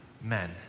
men